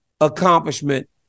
accomplishment